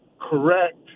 correct